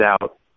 out